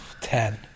ten